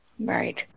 right